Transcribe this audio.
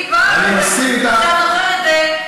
אם כבר אתה זוכר את זה,